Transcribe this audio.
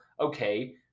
okay